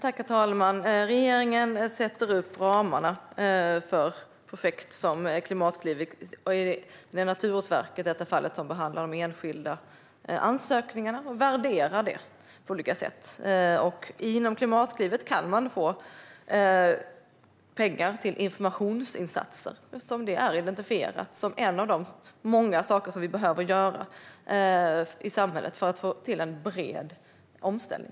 Herr talman! Regeringen sätter upp ramarna för projekt som Klimatklivet. Det är sedan i detta fall Naturvårdsverket som behandlar de enskilda ansökningarna och värderar dem på olika sätt. Inom Klimatklivet kan man få pengar till informationsinsatser. Det är identifierat som en av de många saker som vi behöver göra i samhället för att få en bred omställning.